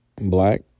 black